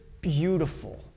beautiful